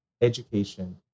education